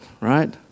right